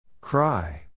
Cry